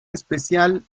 especial